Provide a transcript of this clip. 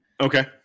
Okay